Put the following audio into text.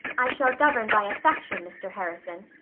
i shall govern by affection, mr. harrison.